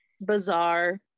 bizarre